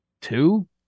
Two